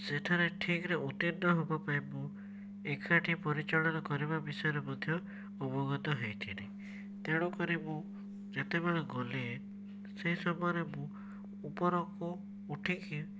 ସେଠାରେ ଠିକରେ ଉତୀର୍ଣ୍ଣ ହବାପାଇଁ ମୁଁ ଏକାଠି ପରିଚାଳନା କରିବା ବିଷୟରେ ମଧ୍ୟ ଅବଗତ ହେଇଥିଲି ତେଣୁ କରି ମୁଁ ଯେତେବେଳେ ଗଲି ସେଇ ସମୟରେ ମୁଁ ଉପରକୁ ଉଠିକି